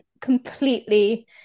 completely